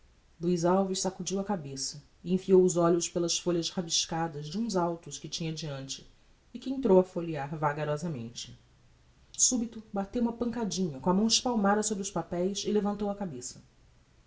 luiz alves sacudiu a cabeça e enfiou os olhos pelas folhas rabiscadas de uns autos que tinha diante e que entrou a folhear vagarosamente subito bateu uma pancadinha com a mão espalmada sobre os papeis e levantou a cabeça